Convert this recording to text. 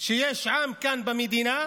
שיש עם כאן במדינה,